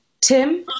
Tim